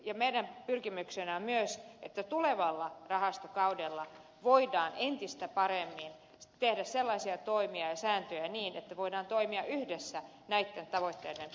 meidän pyrkimyksenämme on myös että tulevalla rahastokaudella voidaan entistä paremmin tehdä sellaisia toimia ja sääntöjä että voidaan toimia yhdessä näitten tavoitteiden puitteissa